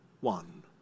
one